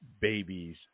babies